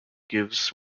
gives